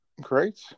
Great